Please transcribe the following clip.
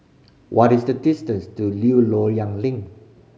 what is the distance to New Loyang Link